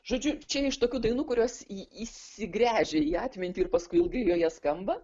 žodžiu čia iš tokių dainų kurios į įsigręžia į atmintį ir paskui ilgai joje skamba